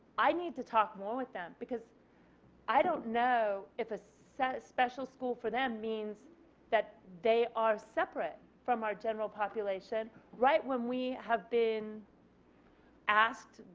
i need to talk more with them because i don't know if ah a special school for them means that they are separate from our general population right when we have been asked,